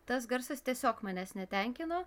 tas garsas tiesiog manęs netenkino